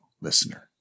listener